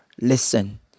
listen